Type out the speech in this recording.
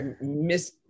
miss